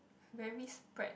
very spread